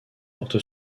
porte